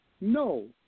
No